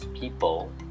people